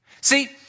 See